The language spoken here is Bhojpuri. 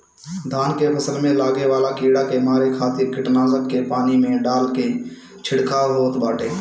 धान के फसल में लागे वाला कीड़ा के मारे खातिर कीटनाशक के पानी में डाल के छिड़काव होत बाटे